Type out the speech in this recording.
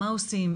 מה עושים,